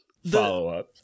Follow-up